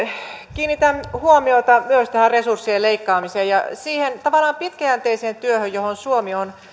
kiinnitän huomiota myös tähän resurssien leikkaamiseen ja siihen tavallaan pitkäjänteiseen työhön johon suomi on